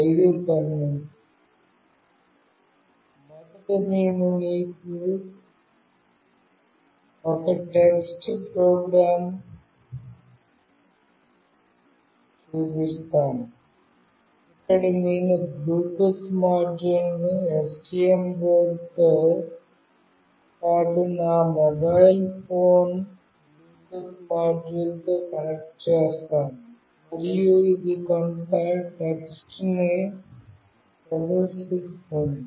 మొదట నేను మీకు ఒక టెస్ట్ ప్రోగ్రామ్ను చూపిస్తాను ఇక్కడ నేను బ్లూటూత్ మాడ్యూల్ను STM బోర్డ్తో పాటు నా మొబైల్ ఫోన్ బ్లూటూత్ మాడ్యూల్తో కనెక్ట్ చేస్తాను మరియు ఇది కొంత టెక్స్ట్ని ప్రదర్శిస్తుంది